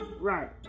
Right